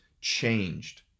changed